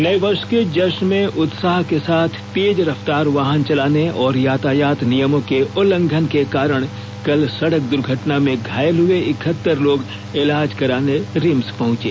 नए वर्ष के जश्न में उत्साह के साथ तेज रफ्तार वाहन चलाने और यातायात नियमों के उल्लंघन के कारण कल सड़क दुर्घटना में घायल हुए इकहतर लोग इलाज कराने रिम्स पहुंचे